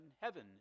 Heaven